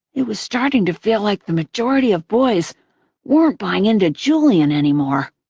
it was starting to feel like the majority of boys weren't buying into julian anymore.